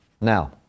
Now